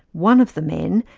one of the men,